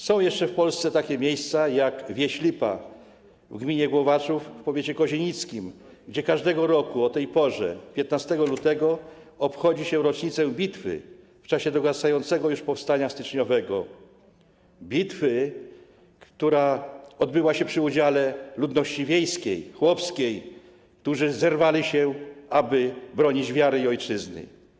Są jeszcze w Polsce takie miejsca jak wieś Lipa w gminie Głowaczów w powiecie kozienickim, gdzie każdego roku o tej porze 15 lutego obchodzi się rocznicę bitwy z czasów dogasającego już powstania styczniowego, bitwy, która odbyła się z udziałem ludności wiejskiej, chłopskiej, która zerwała się, aby bronić wiary i ojczyzny.